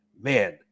man